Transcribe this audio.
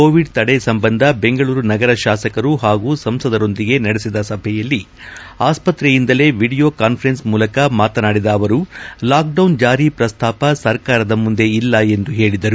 Covid ತಡೆ ಸಂಬಂಧ ಬೆಂಗಳೂರು ನಗರ ಶಾಸಕರು ಪಾಗೂ ಸಂಸದರೊಂದಿಗೆ ನಡೆಸಿದ ಸಭೆಯಲ್ಲಿ ಆಸ್ಪತ್ರೆಯಿಂದಲೇ ವಿಡಿಯೋ ಕಾಸ್ಪರೆನ್ಸ್ ಮೂಲಕ ಮಾತನಾಡಿದ ಅವರು ಲಾಕ್ಡೌನ್ ಜಾರಿ ಪ್ರಸ್ತಾಪ ಸರ್ಕಾರದ ಮುಂದೆ ಇಲ್ಲ ಎಂದು ಹೇಳಿದರು